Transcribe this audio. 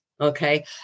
Okay